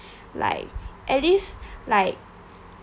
like at least like